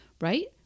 right